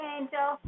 Angel